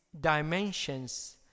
dimensions